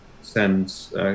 sends